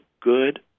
good